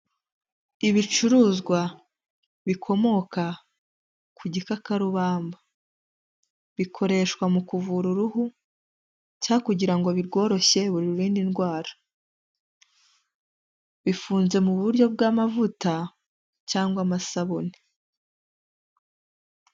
Ibicuruzwa bikomoka ku gikakarubamba bikoreshwa mu kuvura uruhu cyaroshyerindera bifunze mu buryo bw'amavuta amasabune.